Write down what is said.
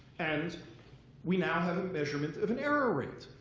and we now have a measurement of an error rate.